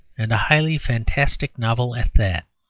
and a highly fantastic novel at that.